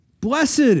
blessed